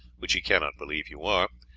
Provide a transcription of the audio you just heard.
which he cannot believe you are,